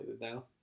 now